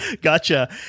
gotcha